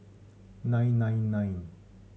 nine nine nine